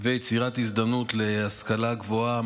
ויצירת הזדמנות להשכלה גבוהה,